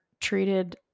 treated